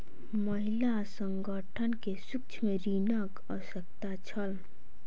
महिला संगठन के सूक्ष्म ऋणक आवश्यकता छल